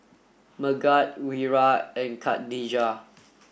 Megat Wira and Khadija